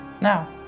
now